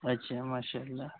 اچھا ماشاء اللہ